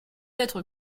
être